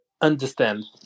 understand